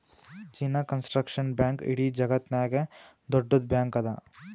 China Construction Bank ಇಡೀ ಜಗತ್ತನಾಗೆ ದೊಡ್ಡುದ್ ಬ್ಯಾಂಕ್ ಅದಾ